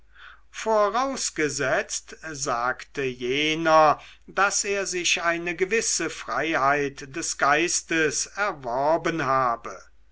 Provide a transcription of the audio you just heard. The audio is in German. vorausgesetzt sagte jener daß er sich eine gewisse freiheit des geistes erworben habe